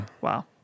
Wow